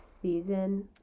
Season